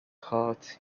heart